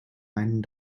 meinen